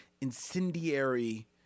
incendiary